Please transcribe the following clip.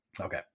Okay